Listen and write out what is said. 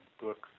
books